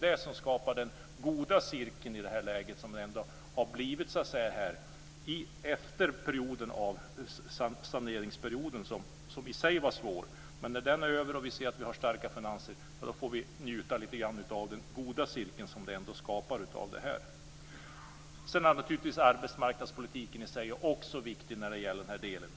Det skapar den goda cirkeln i det läge som kommit efter den saneringsperiod som i sig var svår. När den nu är över och vi ser att vi har starka finanser får vi njuta lite grann av den goda cirkel som skapats. Arbetsmarknadspolitiken i sig är också viktig i den här delen.